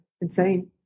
Insane